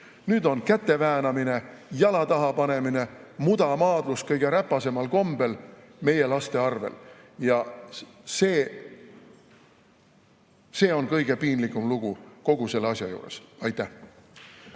nüüd on käte väänamine, jala taha panemine, mudamaadlus kõige räpasemal kombel meie laste arvel. Ja see on kõige piinlikum lugu kogu selle asja juures. Aitäh!